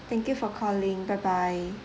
thank you for calling bye bye